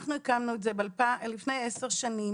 כשאנחנו הקמנו את זה לפני 10 שנים